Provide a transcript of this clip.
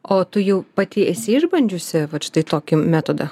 o tu jau pati esi išbandžiusi vat štai tokį metodą